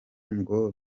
ngo